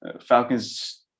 Falcons